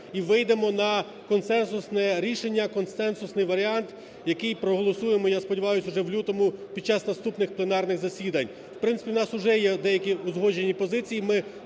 і вийдемо на консенсусне рішення, консенсусний варіант, який проголосуємо, я сподіваюсь, уже в лютому під час наступних пленарних засідань. В принципі, у нас уже є деякі узгоджені позиції.